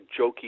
jokey